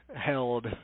held